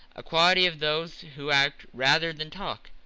a quality of those who act rather than talk.